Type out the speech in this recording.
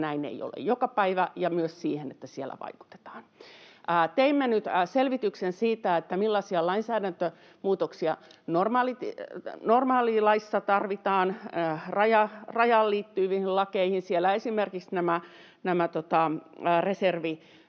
näin ei ole joka päivä, ja myös siihen, että siellä vaikutetaan. Teimme nyt selvityksen siitä, millaisia lainsäädäntömuutoksia tarvitaan normaalilainsäädäntöön, rajaan liittyviin lakeihin. Siellä esimerkiksi reserviläisten